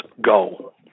go